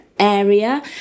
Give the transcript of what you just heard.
area